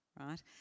right